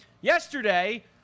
Yesterday